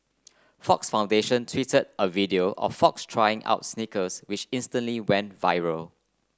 Fox Foundation tweeted a video of fox trying out sneakers which instantly went viral